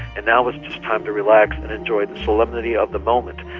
and now it's just time to relax, and enjoy the celebrity of the moment.